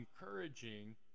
encouraging